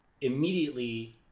immediately